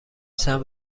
چند